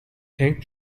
hank